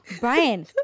Brian